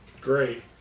Great